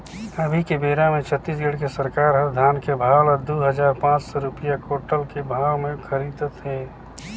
अभी के बेरा मे छत्तीसगढ़ के सरकार हर धान के भाव ल दू हजार पाँच सौ रूपिया कोंटल के भाव मे खरीदत हे